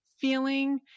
feeling